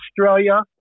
Australia